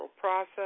process